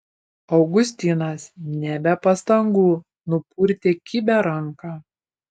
augustinas ne be pastangų nupurtė kibią ranką